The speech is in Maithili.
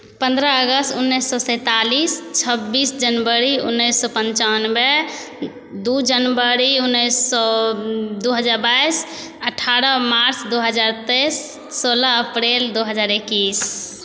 पन्द्रह अगस्त उन्नैस सए सैतालिस छब्बीस जनवरी उन्नैस सए पनचानबे दू जनवरी उन्नैस सए दू हजार बाइस अठारह मार्च दू हजार तेइस सोलह अप्रिल दू हजार एकैस